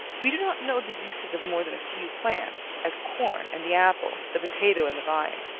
we do not know the uses of more than a few plants, as corn and the apple, the potato and the vine.